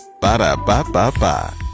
Ba-da-ba-ba-ba